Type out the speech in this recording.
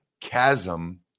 chasm